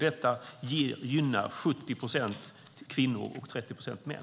Detta gynnar 70 procent kvinnor och 30 procent män.